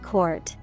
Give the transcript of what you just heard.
Court